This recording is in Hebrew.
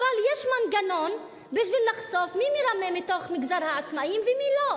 אבל יש מנגנון בשביל לחשוף מי מרמה מתוך מגזר העצמאים ומי לא.